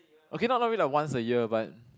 okay not not really like once a year but